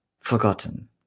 forgotten